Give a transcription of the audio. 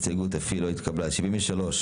הצבעה ההסתייגויות לא נתקבלו ההסתייגויות לא התקבלו.